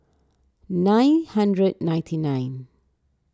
nine hundred ninety nine